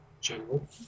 general